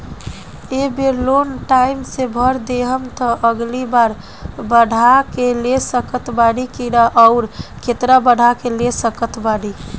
ए बेर loan time से भर देहम त अगिला बार बढ़ा के ले सकत बानी की न आउर केतना बढ़ा के ले सकत बानी?